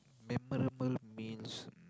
memorable means